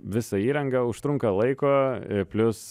visą įrangą užtrunka laiko plius